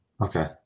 Okay